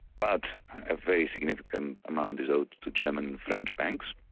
but a very significant amount is owed to german and french banks.